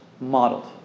modeled